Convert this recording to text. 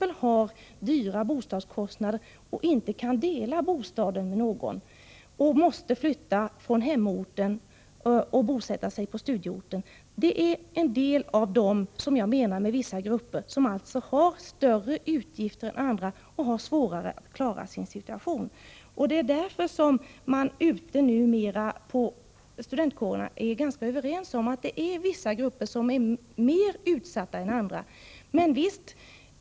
de som har dyra bostadskostnader och inte kan dela bostaden med någon och som måste flytta från hemorten och bosätta sig på studieorten — har större utgifter än andra, och de har därmed svårare att klara av sin situation. Därför är man ute i studentkårerna numera ganska överens om att vissa grupper är mer utsatta än andra.